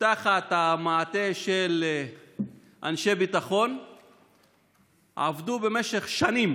תחת מעטה של אנשי ביטחון עבדו במשך שנים